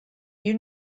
you